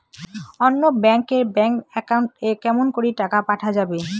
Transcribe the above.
অন্য ব্যাংক এর bank account এ কেমন করে টাকা পাঠা যাবে?